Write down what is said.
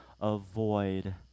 avoid